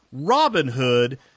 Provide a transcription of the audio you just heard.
Robinhood